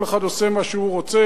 כל אחד עושה מה שהוא רוצה,